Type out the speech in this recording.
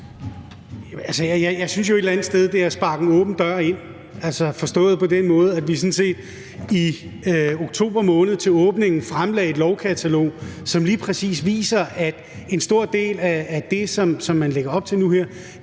Jeg synes jo et eller andet sted, det er at sparke en åben dør ind, altså forstået på den måde, at vi sådan set i oktober måned til åbningen fremlagde et lovkatalog, som lige præcis viser, at en stor del af det, som man lægger op til nu her,